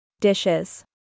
Dishes